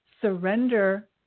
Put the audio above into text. surrender